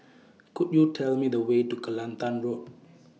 Could YOU Tell Me The Way to Kelantan Road